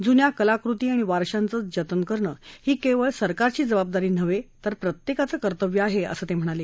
जुन्या कलाकृती आणि वारशांचं जतन करणं ही केवळ सरकारची जबाबदारी नव्हे तर प्रत्येकाचं कर्तव्य आहे असं ते म्हणाले